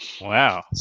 Wow